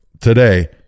today